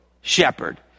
shepherd